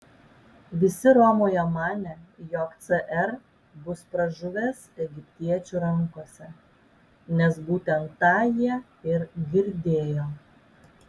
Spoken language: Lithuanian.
visi romoje manė jog cr bus pražuvęs egiptiečių rankose nes būtent tą jie ir girdėjo